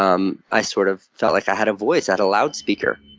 um i sort of felt like i had a voice i had a loudspeaker.